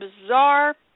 bizarre